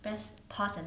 pass pass